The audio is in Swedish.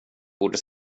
borde